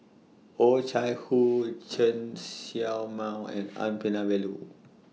Oh Chai Hoo Chen Show Mao and N Palanivelu